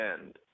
end